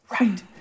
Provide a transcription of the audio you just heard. Right